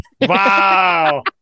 Wow